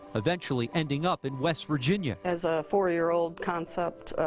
eventually ending up in west virginia. as a four-year-old concept,